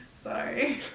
Sorry